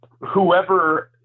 whoever